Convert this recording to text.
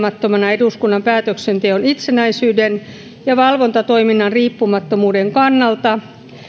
eduskunnan päätöksenteon itsenäisyyden ja valvontatoiminnan riippumattomuuden kannalta